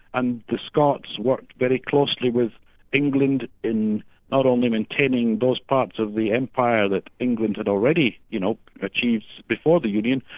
and the scots worked very closely with england in not only in taming those parts of the empire that england had already you know achieved before the union,